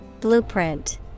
Blueprint